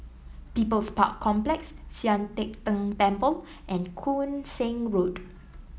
People's Park Complex Sian Teck Tng Temple and Koon Seng Road